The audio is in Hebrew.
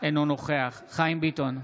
אינו נוכח חיים ביטון,